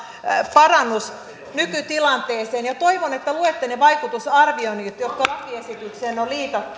parannus nykytilanteeseen ja ja toivon että luette ne vaikutusarvioinnit jotka lakiesitykseen on